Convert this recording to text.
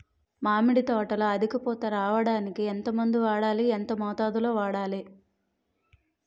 మామిడి తోటలో అధిక పూత రావడానికి ఎంత మందు వాడాలి? ఎంత మోతాదు లో వాడాలి?